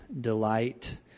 delight